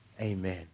Amen